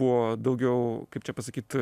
buvo daugiau kaip čia pasakyt